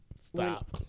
stop